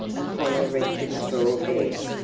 upon a wretched straw bed,